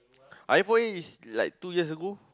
iPhone eight is like two years ago